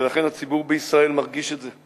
ולכן הציבור בישראל מרגיש את זה.